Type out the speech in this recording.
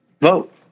vote